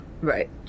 right